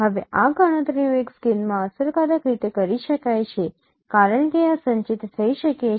હવે આ ગણતરીઓ એક સ્કેનમાં અસરકારક રીતે કરી શકાય છે કારણ કે આ સંચિત થઈ શકે છે